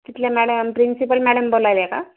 तिथल्या madam principal madam बोलायल्या का